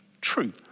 true